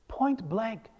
point-blank